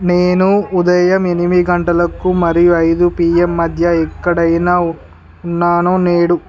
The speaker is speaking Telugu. నేను ఉదయం ఎనిమిది గంటలకి మరియు ఐదు పిఎం మధ్య ఎక్కడైనా ఉన్నాను నేడు